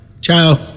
Ciao